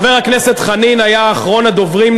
חבר הכנסת חנין היה אחרון הדוברים,